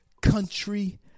country